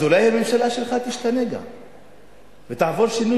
אולי גם הממשלה שלך תשתנה ותעבור שינוי